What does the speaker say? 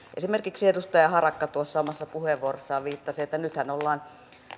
esimerkiksi edustaja harakka tuossa omassa puheenvuorossaan viittasi että nythän ollaan